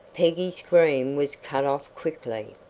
peggy's scream was cut off quickly,